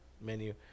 menu